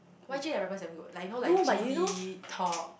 Y_G the rappers damn good like you know like G_D Top